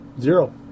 Zero